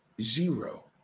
Zero